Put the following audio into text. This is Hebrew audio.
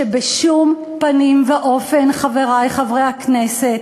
שבשום פנים ואופן, חברי חברי הכנסת,